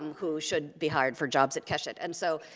um who should be hired for jobs at keshet, and so,